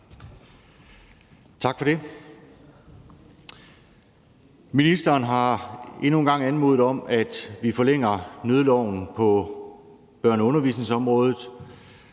Tak for det. Ministeren har endnu en gang anmodet om, at vi forlænger nødloven på børne- og undervisningsområdet.